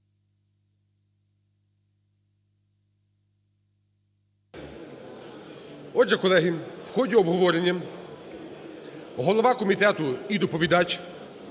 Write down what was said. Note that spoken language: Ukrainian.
Отже, колеги, в ході обговорення голова комітету і доповідач